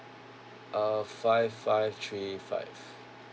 uh five five three five